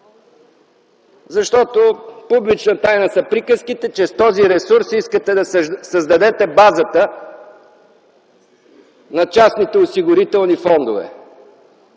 Публична тайна са приказките, че с този ресурс искате да създадете базата на частните осигурителни фондове.